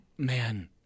Man